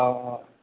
অঁ